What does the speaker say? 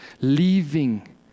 leaving